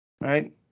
right